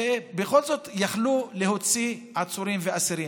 ובכל זאת יכלו להוציא עצורים ואסירים.